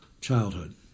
childhood